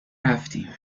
رفتیم